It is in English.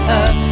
up